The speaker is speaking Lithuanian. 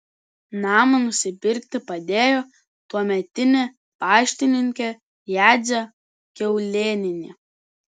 namą nusipirkti padėjo tuometinė paštininkė jadzė kiaulėnienė